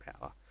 power